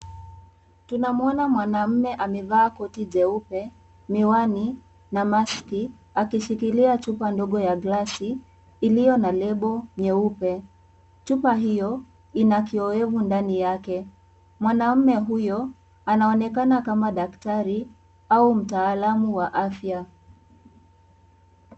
Tunamwona mwanamume amevaa koti jeupe, miwani na maski akishikilia chupa ndogo ya glasi iliyo na lebo nyeupe. Chupa hio ina kiowevu ndani yake. Mwanamume huyo anaonekana kama daktari au mtaalamu wa afya.